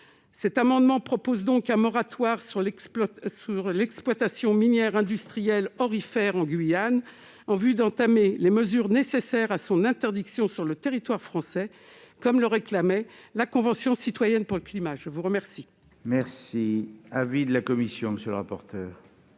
Cet amendement vise donc à proposer un moratoire sur l'exploitation minière industrielle aurifère en Guyane, en vue d'entamer les mesures nécessaires à son interdiction sur le territoire français, comme le réclamait la Convention citoyenne pour le climat. Quel est l'avis de la commission des affaires